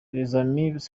amis